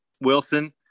Wilson